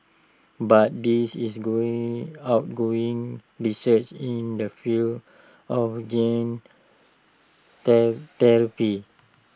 but this is going ongoing research in the field of gene therapy